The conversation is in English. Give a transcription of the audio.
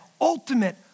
ultimate